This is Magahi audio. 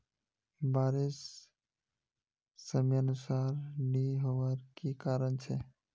बारिश समयानुसार नी होबार की कारण छे?